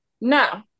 No